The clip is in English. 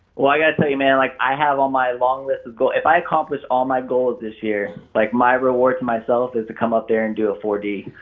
well i gotta tell you man, like i have all my long lists of goals. if i accomplish all my goals this year, like my reward for myself is to come up there and do a four d.